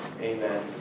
Amen